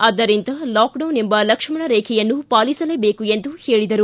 ಆದ್ದರಿಂದ ಲಾಕ್ಡೌನ್ ಎಂಬ ಲಕ್ಷಣ ರೇಖೆಯನ್ನು ಪಾಲಿಸಲೇಬೇಕು ಎಂದು ಹೇಳಿದರು